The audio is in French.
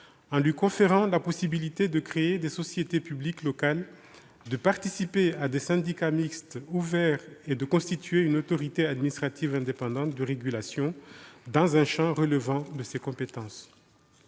en lui conférant la possibilité de créer des sociétés publiques locales, de participer à des syndicats mixtes ouverts et de constituer une autorité administrative indépendante de régulation, dans un champ relevant de ses compétences.